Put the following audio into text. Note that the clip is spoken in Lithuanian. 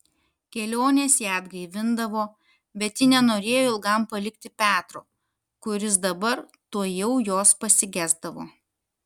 kelionės ją atgaivindavo bet ji nenorėjo ilgam palikti petro kuris dabar tuojau jos pasigesdavo